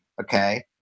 okay